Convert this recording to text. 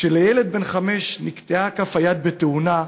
כשלילד בן חמש נקטעה כף היד בתאונה,